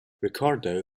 ricardo